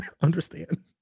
understand